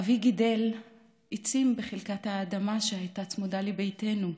אבי גידל עצים בחלקת האדמה שהייתה צמודה לביתנו,